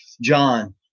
John